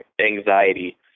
anxiety